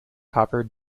copper